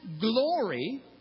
glory